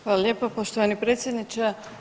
Hvala lijepa poštovani predsjedniče.